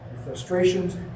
frustrations